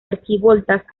arquivoltas